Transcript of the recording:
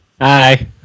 Hi